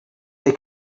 they